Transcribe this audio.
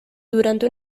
durante